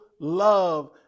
love